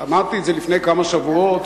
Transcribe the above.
אמרתי את זה לפני כמה שבועות,